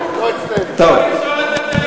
לא אצלנו, לא אצלנו.